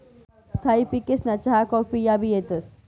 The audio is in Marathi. स्थायी पिकेसमा चहा काफी याबी येतंस